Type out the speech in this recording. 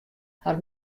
har